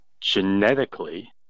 Genetically